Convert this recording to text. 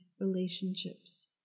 relationships